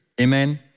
amen